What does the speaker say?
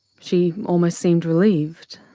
she almost seemed relieved.